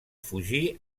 fugir